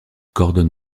gordon